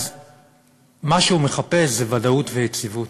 אז מה שהוא מחפש זה ודאות ויציבות.